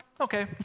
Okay